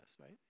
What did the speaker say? right